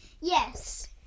Yes